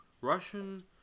Russian